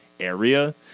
area